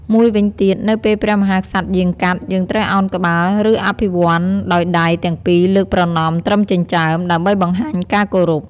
មួយវិញទៀតនៅពេលព្រះមហាក្សត្រយាងកាត់ យើងត្រូវអោនក្បាល ឬអភិវន្ទដោយដៃទាំងពីរលើកប្រណម្យត្រឹមចិញ្ចើម ដើម្បីបង្ហាញការគោរព។